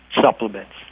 supplements